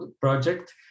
project